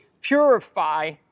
purify